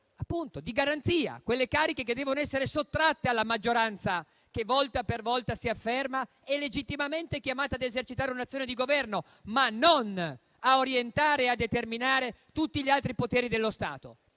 di garanzia, ossia quelle cariche che devono essere sottratte alla maggioranza che volta per volta si afferma; maggioranza che è legittimamente chiamata ad esercitare un'azione di Governo, ma non a orientare e a determinare tutti gli altri poteri dello Stato.